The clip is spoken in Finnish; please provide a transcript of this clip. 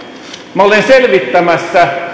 minä olen selvittämässä